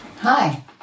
Hi